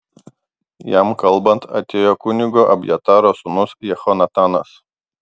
jam kalbant atėjo kunigo abjataro sūnus jehonatanas